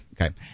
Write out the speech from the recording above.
Okay